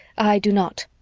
i do not.